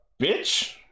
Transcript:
bitch